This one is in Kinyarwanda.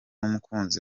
umukunzi